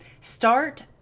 Start